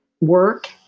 work